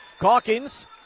Cawkins